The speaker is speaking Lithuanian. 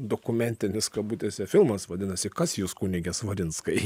dokumentinis kabutėse filmas vadinasi kas jūs kunige svarinskai